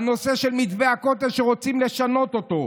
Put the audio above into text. הנושא של מתווה הכותל שרוצים לשנות אותו,